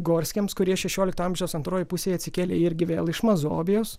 gorskiams kurie šešiolikto amžiaus antrojoj pusėj atsikėlė irgi vėl iš mazovijos